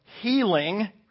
healing